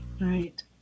right